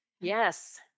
Yes